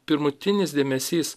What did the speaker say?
pirmutinis dėmesys